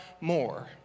more